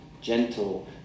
gentle